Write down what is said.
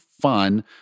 fun